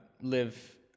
live